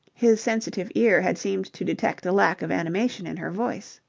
his sensitive ear had seemed to detect a lack of animation in her voice.